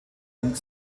und